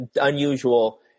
unusual